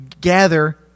gather